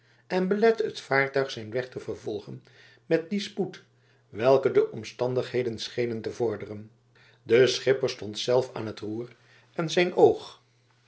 en belette het vaartuig zijn weg te vervolgen met dien spoed welke de omstandigheden schenen te vorderen de schipper stond zelf aan het roer en zijn oog